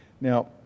Now